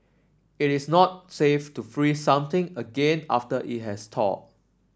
it is not safe to freeze something again after it has thawed